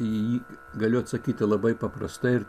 į jį galiu atsakyti labai paprastai ir